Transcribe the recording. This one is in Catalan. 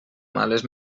males